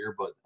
earbuds